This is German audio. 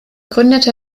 gründete